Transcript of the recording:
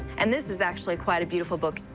and this is actually quite a beautiful book.